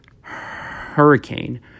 hurricane